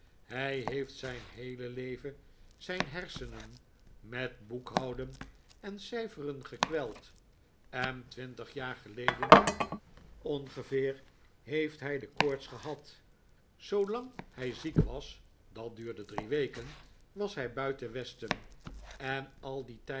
hij heeft zijn heele leven zijn hersenen met boekhouden en cijf eren gekweld en twintig jaar geleden ongeveer heeft hij de koorts gehad zoolang hij ziek was dat duurde drie weken was hij buiten westen en al dien tijd